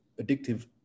addictive